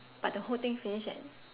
but the whole thing finish at